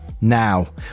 now